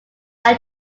are